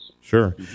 Sure